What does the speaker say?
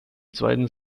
zweiten